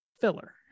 filler